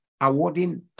awarding